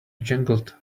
jangled